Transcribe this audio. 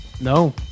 No